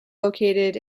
located